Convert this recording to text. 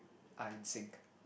are in sync